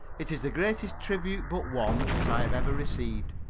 it is the greatest tribute but one that i have ever received,